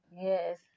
Yes